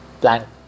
blank